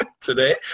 today